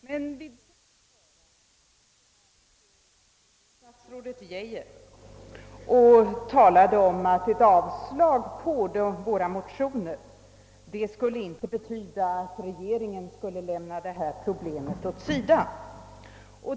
Men vid samma tillfälle uttalade statsrådet Geijer i första kammaren att ett avslag på våra motioner inte skulle betyda att regeringen komme att lämna problemet åsido.